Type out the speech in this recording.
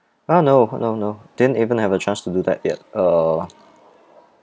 ah no no no didn't even have a chance to do that yet uh